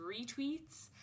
retweets